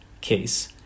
case